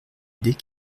idées